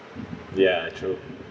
ya true